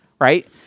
right